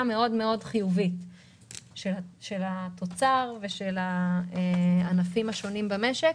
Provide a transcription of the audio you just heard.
מאוד של התוצר ושל הענפים השונים במשק,